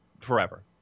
forever